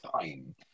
time